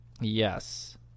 Yes